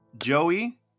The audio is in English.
Joey